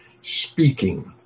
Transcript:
speaking